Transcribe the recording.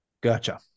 Gotcha